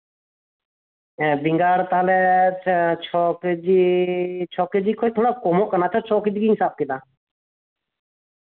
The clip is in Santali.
ᱦᱮᱸ ᱵᱮᱸᱜᱟᱬ ᱛᱟᱞᱦᱮ ᱪᱷᱚ ᱠᱮᱡᱤ ᱪᱷᱚ ᱠᱮᱡᱤ ᱠᱷᱚᱡ ᱛᱷᱚᱲᱟ ᱠᱚᱢᱚᱜ ᱠᱟᱱᱟ ᱟᱪᱪᱷᱟ ᱪᱷᱚ ᱠᱮᱡᱤ ᱜᱮᱧ ᱥᱟᱯ ᱠᱮᱫᱟ